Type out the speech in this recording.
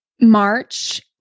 March